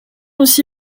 aussi